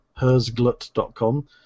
hersglut.com